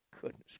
Goodness